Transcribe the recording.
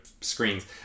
screens